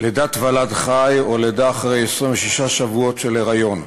לידת ולד חי או לידה אחרי 26 שבועות של היריון.